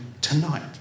tonight